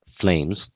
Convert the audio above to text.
flames